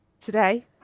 today